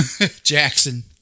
Jackson